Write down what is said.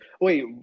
Wait